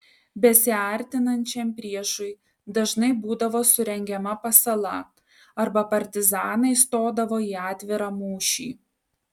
besiartinančiam priešui dažnai būdavo surengiama pasala arba partizanai stodavo į atvirą mūšį